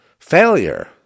Failure